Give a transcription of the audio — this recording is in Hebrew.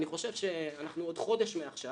אני חושב שעוד חודש מעכשיו,